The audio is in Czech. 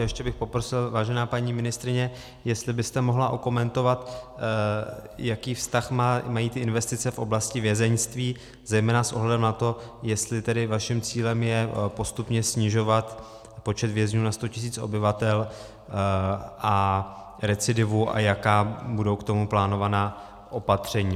Já bych ještě poprosil, vážená paní ministryně, jestli byste mohla okomentovat, jaký vztah mají ty investice v oblasti vězeňství, zejména s ohledem na to, jestli tedy vaším cílem je postupně snižovat počet vězňů na 100 tisíc obyvatel a recidivu, a jaká budou k tomu plánovaná opatření.